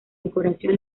decoración